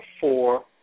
four